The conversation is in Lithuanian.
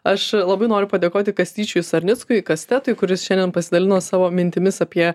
aš labai noriu padėkoti kastyčiui sarnickui kastetui kuris šiandien pasidalino savo mintimis apie